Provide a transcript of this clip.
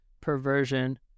perversion